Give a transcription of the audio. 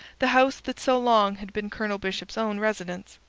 the house that so long had been colonel bishop's own residence.